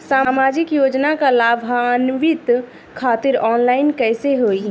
सामाजिक योजना क लाभान्वित खातिर ऑनलाइन कईसे होई?